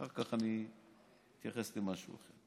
אחר כך אני אתייחס למשהו אחר.